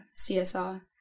CSR